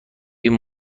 این